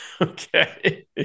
Okay